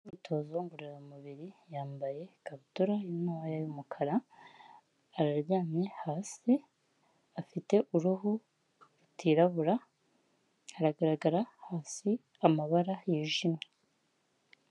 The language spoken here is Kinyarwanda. Imyitozo ngororamubiri yambaye ikabutura ntoya y'umukara araryamye hasi, afite uruhu rutirabura, haragaragara hasi amabara yijimye.